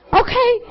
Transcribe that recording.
okay